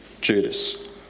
Judas